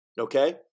okay